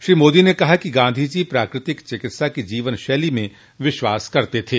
श्री मोदी ने कहा कि गांधी जी प्राकृतिक चिकित्सा की जीवन शैली में विश्वास करते थे